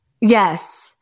Yes